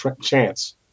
chance